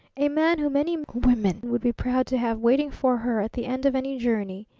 a man whom any woman would be proud to have waiting for her at the end of any journey.